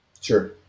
Sure